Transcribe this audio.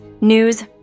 news